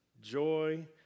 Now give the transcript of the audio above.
joy